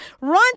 run